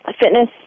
Fitness